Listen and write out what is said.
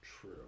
true